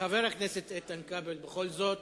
חבר הכנסת איתן כבל בכל זאת.